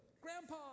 Grandpa